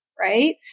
right